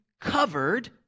covered